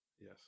Yes